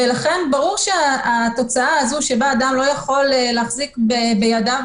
ולכן ברור שהתוצאה הזו שבה אדם לא יכול להחזיק בידיו